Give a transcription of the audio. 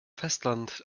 festland